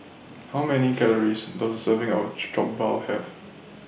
How Many Calories Does A Serving of Jokbal Have